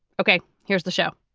ok, here's the show